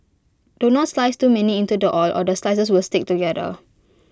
do not slice too many into the oil or the slices will stick together